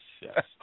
yes